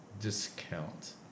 discount